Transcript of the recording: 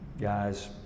Guys